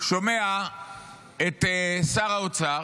שומע את שר האוצר,